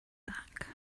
back